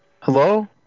Hello